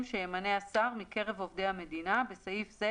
שימנה השר מקרב עובדי המדינה (בסעיף זה,